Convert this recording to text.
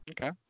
Okay